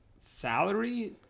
salary